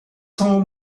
home